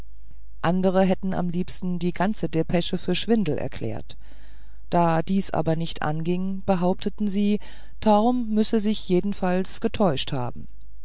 andere hätten am liebsten die ganze depesche für schwindel erklärt da dies aber nicht anging behaupteten sie torm müsse sich jedenfalls getäuscht haben